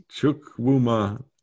Chukwuma